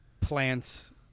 plants